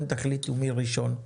אתם תחליטו מי ראשון.